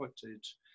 footage